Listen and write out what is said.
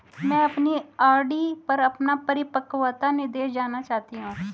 मैं अपनी आर.डी पर अपना परिपक्वता निर्देश जानना चाहती हूँ